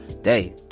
day